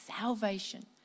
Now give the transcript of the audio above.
salvation